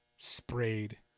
Sprayed